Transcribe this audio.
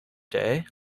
day